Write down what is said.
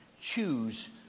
choose